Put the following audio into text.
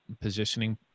positioning